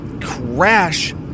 crash